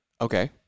Okay